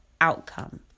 outcome